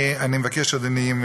אני מבקש, אדוני,